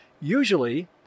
Usually